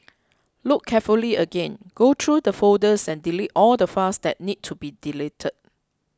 look carefully again go through the folders and delete all the files that need to be deleted